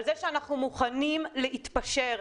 על זה שאנחנו מוכנים להתפשר,